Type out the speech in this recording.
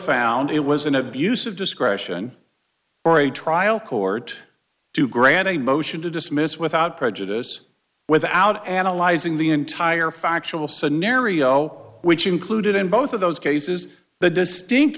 found it was an abuse of discretion for a trial court to grant a motion to dismiss without prejudice without analyzing the entire factual scenario which included in both of those cases the distinct